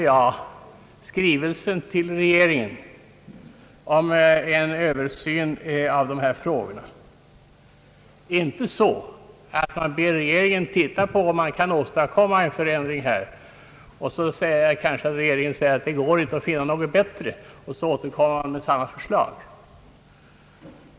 Man har inte begärt en översyn av dessa frågor hos regeringen på ett sådant sätt att regeringen kan svara att den inte kan finna någon bättre lösning och därför återkommer med samma förslag.